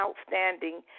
outstanding